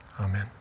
Amen